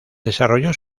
desarrolló